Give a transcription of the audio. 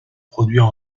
produire